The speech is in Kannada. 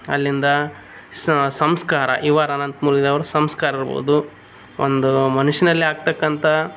ಅಲ್ಲಿಂದ ಸಂಸ್ಕಾರ ಯು ಆರ್ ಅನಂತ ಮೂರ್ತಿಯವರು ಸಂಸ್ಕಾರ್ ಇರ್ಬೋದು ಒಂದು ಮನುಷ್ಯನಲ್ಲಿ ಆಗ್ತಕ್ಕಂಥಾ